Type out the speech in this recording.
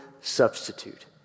substitute